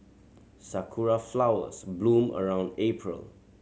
sakura flowers bloom around April